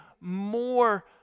more